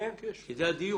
כי זה הדיון.